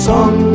Song